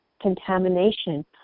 contamination